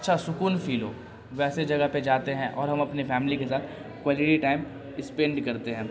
اچھا سکون فیل ہو ویسے جگہ پہ جاتے ہیں اور ہم اپنی فیملی کے ساتھ کوالٹی ٹائم اسپینڈ کرتے ہیں